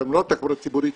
האם לא תחבורה ציבורית?